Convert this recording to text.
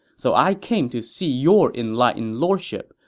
so i came to see your enlightened lordship.